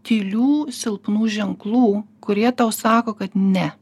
tylių silpnų ženklų kurie tau sako kad ne